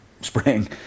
spring